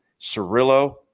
Cirillo